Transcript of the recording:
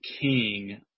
king